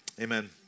Amen